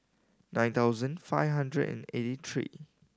nine thousand five hundred and eighty three